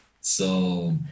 So-